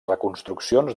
reconstruccions